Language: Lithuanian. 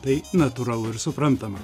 tai natūralu ir suprantama